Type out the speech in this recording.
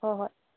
ꯍꯣꯏꯍꯣꯏ